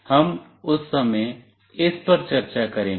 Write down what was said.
हम उस समय इस पर चर्चा करेंगे